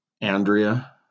Andrea